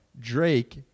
Drake